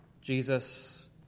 Jesus